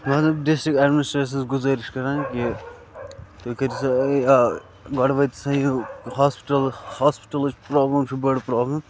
district ایٚڈمِنِسٹریشنَس گُزٲرِش کَران تُہۍ کٔرِو سا آ گۄڈٕ وٲتِو سہَ ہاسپٹَل ہاسپٹَلٕچ پرابلم چھِ بٔڑ پرابلم